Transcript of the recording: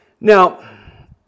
Now